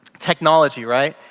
technology, right?